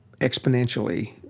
exponentially